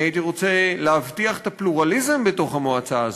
אני הייתי רוצה להבטיח את הפלורליזם בתוך המועצה הזאת,